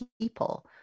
people